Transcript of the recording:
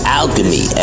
alchemy